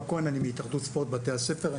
אני מהתאחדות ספורט בתי הספר.